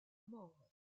mort